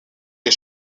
des